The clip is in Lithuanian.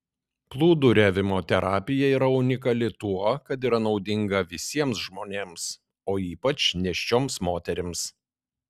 plūduriavimo terapija yra unikali tuo kad yra naudinga visiems žmonėms o ypač nėščioms moterims